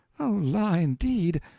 oh, la, indeed!